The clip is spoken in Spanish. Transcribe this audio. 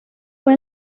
fue